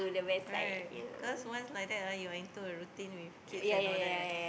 correct cause once like that ah you are into a routine with kids and all that right